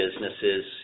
businesses